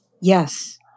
Yes